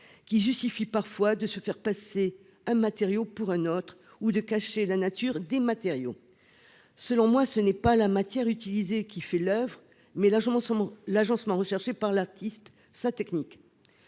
qui justifie parfois de faire passer un matériau pour un autre ou de cacher la nature des matériaux. Selon moi, ce n'est pas la matière utilisée qui fait l'oeuvre, mais c'est l'agencement recherché par l'artiste, sa technique.